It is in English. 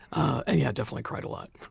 ah and yeah definitely cried a lot.